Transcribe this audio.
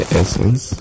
essence